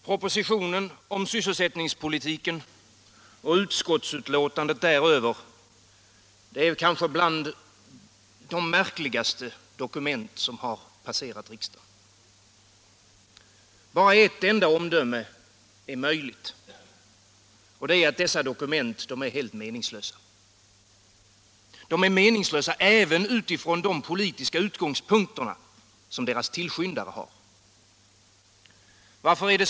Herr talman! Propositionen om sysselsättningspolitiken och utskottets betänkande däröver är bland de märkligaste dokument som passerat riksdagen. Bara ett enda omdöme är möjligt: Dessa dokument är helt meningslösa. Meningslösa även utifrån de politiska utgångspunkterna hos sina tillskyndare. Varför?